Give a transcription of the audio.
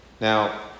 Now